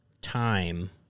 time